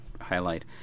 highlight